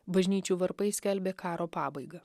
bažnyčių varpai skelbė karo pabaigą